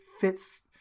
fits